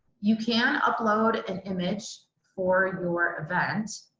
you can upload an image for your event.